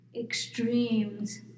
extremes